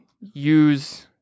use